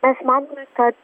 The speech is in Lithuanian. mes manome kad